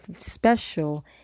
special